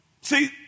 See